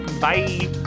Bye